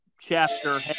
chapter